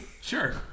Sure